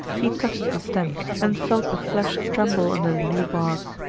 he touched the stem, and felt the flesh tremble under the new bark.